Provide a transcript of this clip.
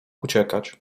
uciekać